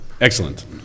excellent